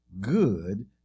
good